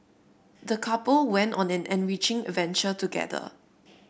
the couple went on an enriching adventure together